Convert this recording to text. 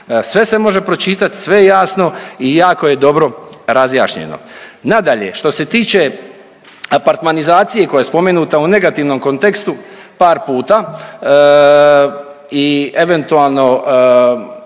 sve se može pročitat, sve je jasno i jako je dobro razjašnjeno. Nadalje, što se tiče apartmanizacije koja je spomenuta u negativnom kontekstu par puta i eventualno